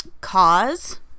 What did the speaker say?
cause